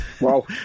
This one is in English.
Wow